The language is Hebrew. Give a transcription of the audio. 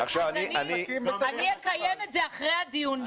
אז אני אקיים את זה אחרי הדיון.